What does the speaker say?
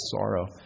sorrow